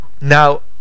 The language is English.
now